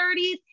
30s